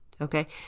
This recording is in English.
okay